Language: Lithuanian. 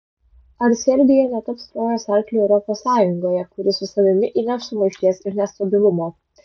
ar serbija netaps trojos arkliu europos sąjungoje kuris su savimi įneš sumaišties ir nestabilumo